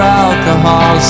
alcohol